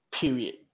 Period